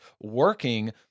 working